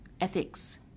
ethics